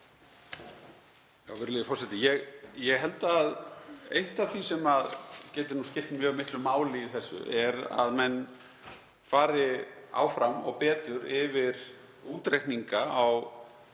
Virðulegi forseti. Ég held að eitt af því sem geti skipt mjög miklu máli í þessu sé að menn fari áfram og betur yfir útreikninga á